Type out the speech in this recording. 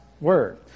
Word